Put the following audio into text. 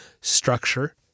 structure